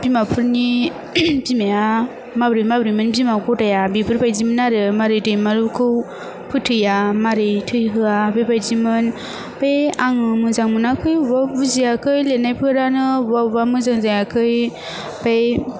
बिमाफोरनि बिमाया माब्रै माब्रैमोन बिमा गदाइआ बेफोरबायदिमोन आरो मारै दैमालुखौ फोथैया मारै थैहोआ बेबायदिमोन ओमफाय आङो मोजां मोनाखै अब्बा बुजियाखै लेरनायफोरानो अब्बा अब्बा मोजां जायाखै फाय